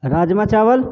राजमा चावल